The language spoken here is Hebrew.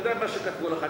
אני יודע מה שכתבו לך,